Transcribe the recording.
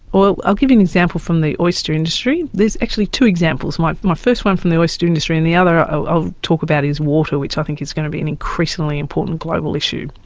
i'll give you an example from the oyster industry. there's actually two examples. my my first one from the oyster industry and the other i'll talk about is water, which i think is going to be an increasingly important global issue.